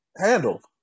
handled